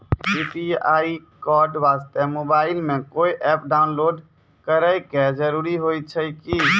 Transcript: UPI code वास्ते mobile मे कोय एप्प डाउनलोड करे के जरूरी होय छै की?